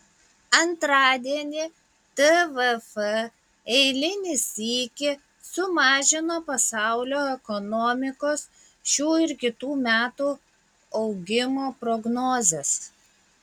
antradienį tvf eilinį sykį sumažino pasaulio ekonomikos šių ir kitų metų augimo prognozes